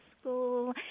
school